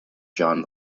john